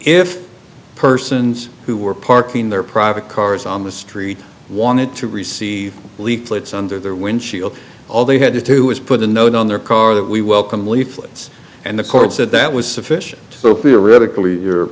if persons who were parking their private cars on the street wanted to receive leaflets under their windshield all they had to do was put a note on their car that we welcome leaflets and the court said that was sufficient so theoretically your